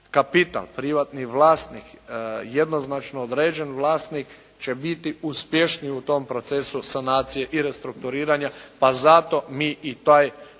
kapital, privatni vlasnik, jednoznačno određen vlasnik će biti uspješniji u tom procesu sanacije i restrukturiranja pa zato mi i taj